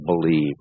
believe